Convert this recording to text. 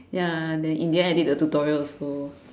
ya then in the end I did the tutorial also